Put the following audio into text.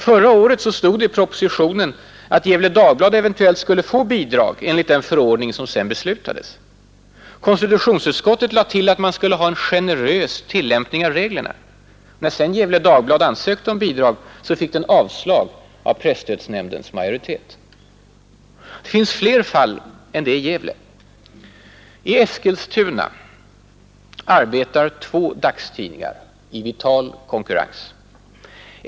Förra året stod det i propositionen att Gefle Dagblad eventuellt skulle få bidrag enligt den förordning som sedan beslutades. Konstitutionsutskottet lade till att man skulle ha en ”generös” tillämpning av reglerna. När sedan Gefle Dagblad ansökte om bidrag, fick tidningen avslag av presstödsnämndens majoritet! Det finns fler fall än det i Gävle. I Eskilstuna arbetar två dagstidningar i vital konkurrens.